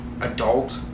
adult